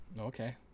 Okay